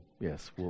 yes